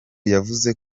yavuze